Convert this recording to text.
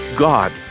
God